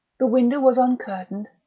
the window was uncurtained,